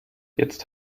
jetzt